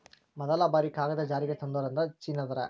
ಮದಲ ಬಾರಿ ಕಾಗದಾ ಜಾರಿಗೆ ತಂದೋರ ಅಂದ್ರ ಚೇನಾದಾರ